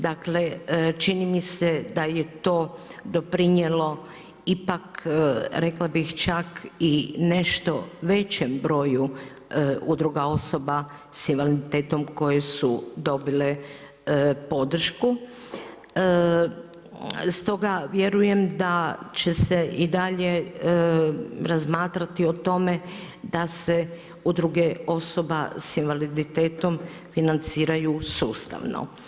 Dakle čini mi se da je to doprinijelo ipak, rekla bih čak i nešto većem broju udruga osoba sa invaliditetom koje su dobile podršku stoga vjerujem da će se i dalje razmatrati o tome da se udruge osoba s invaliditetom financiraju sustavno.